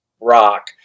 rock